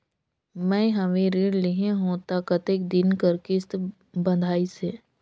मैं हवे ऋण लेहे हों त कतेक दिन कर किस्त बंधाइस हे?